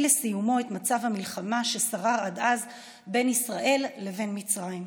לסיומו את מצב המלחמה ששרר עד אז בין ישראל לבין מצרים.